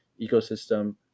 ecosystem